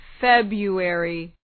February